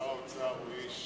ששר האוצר הוא איש